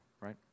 right